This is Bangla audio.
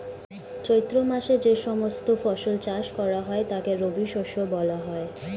চৈত্র মাসে যে সমস্ত ফসল চাষ করা হয় তাকে রবিশস্য বলা হয়